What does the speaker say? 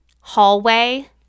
hallway